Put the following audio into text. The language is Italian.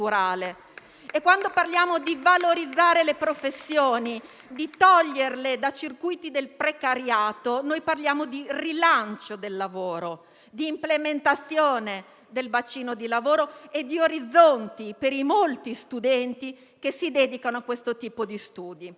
Quando parliamo di valorizzare le professioni e toglierle dai circuiti del precariato, parliamo di rilancio del lavoro e di implementazione del bacino di lavoro e di orizzonti per i molti studenti che si dedicano a questo tipo di studi.